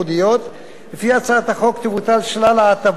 לפי הצעת החוק יבוטלו שלל ההטבות, כולל ההטבה